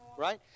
Right